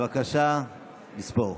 בבקשה לספור.